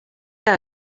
que